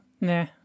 nah